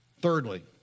Thirdly